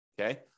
Okay